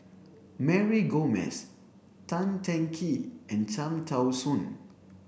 Mary Gomes Tan Teng Kee and Cham Tao Soon